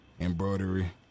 embroidery